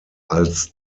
als